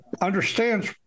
Understands